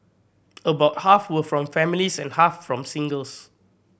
about half were from families and half from singles